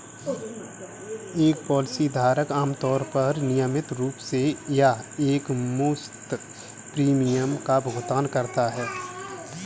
policy धारक आमतौर पर नियमित रूप से या एकमुश्त प्रीमियम का भुगतान करता है